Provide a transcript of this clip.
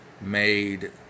made